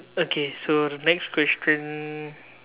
okay so the next question